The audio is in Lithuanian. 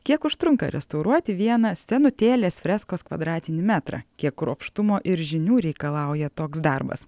kiek užtrunka restauruoti vieną senutėlės freskos kvadratinį metrą kiek kruopštumo ir žinių reikalauja toks darbas